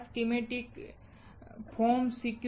આ schematic fromcircuitstoday